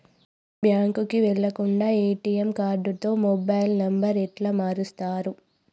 బ్యాంకుకి వెళ్లకుండా ఎ.టి.ఎమ్ కార్డుతో మొబైల్ నంబర్ ఎట్ల మారుస్తరు?